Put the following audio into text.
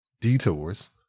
detours